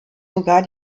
sogar